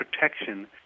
protection